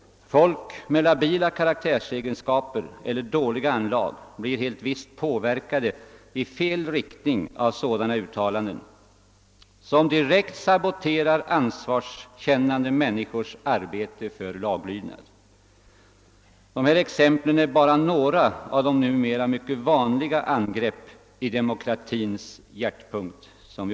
Personer med labila karaktärsegenskaper eller dåliga anlag blir helt visst påverkade i fel riktning av sådana uttalanden, som direkt saboterar ansvarskännande människors arbete för laglydnad. Här nämnda exempel är bara några av numera mycket vanliga angrepp som vi upplever i demokratins hjärtpunkt.